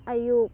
ꯑꯌꯨꯛ